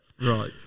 right